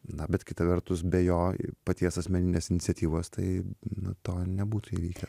na bet kita vertus be jo paties asmeninės iniciatyvos tai na to nebūtų įvykę